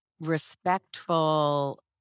respectful